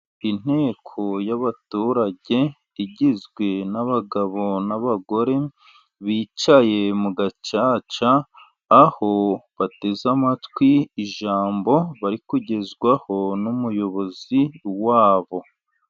Inteko y'abaturage igizwe n'abagabo n'abagore bicaye mu gacaca, aho bateze amatwi ijambo bari kugezwaho n'umuyobozi wabo.